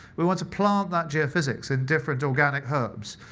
we want to plant that geophysics in different organic herbs,